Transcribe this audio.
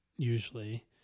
usually